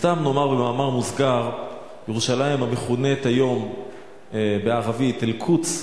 סתם נאמר במאמר מוסגר: ירושלים המכונה היום בערבית "אל-קודס",